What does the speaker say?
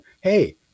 hey